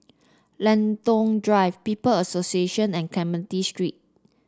Lentor Drive People's Association and Clementi Street